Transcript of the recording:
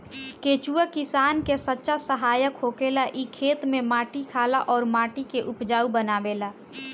केचुआ किसान के सच्चा सहायक होखेला इ खेत में माटी खाला अउर माटी के उपजाऊ बनावेला